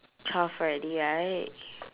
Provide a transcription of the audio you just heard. twelve already right